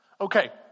Okay